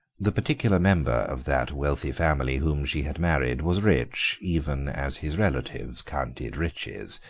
the particular member of that wealthy family whom she had married was rich, even as his relatives counted riches.